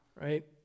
right